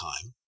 time